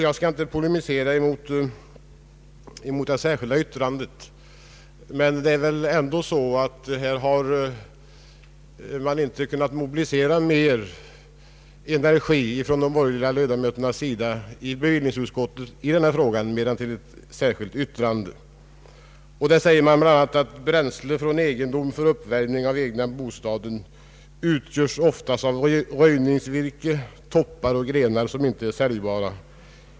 Jag skall inte polemisera mot det särskilda yttrandet, men man har tydligen inte kunna mobilisera mer energi bland bevillningsutskottets borgerliga ledamöter än till ett särskilt yttrande, där det sägs: ”Bränsle från egendomen för uppvärmning av den egna bostaden utgörs ofta av röjningsvirke, toppar och grenar, vilka ej är säljbara.